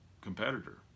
competitor